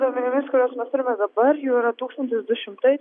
duomenimis kuriuos mes turime dabar jų yra tūkstantis du šimtai